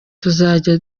tuzajya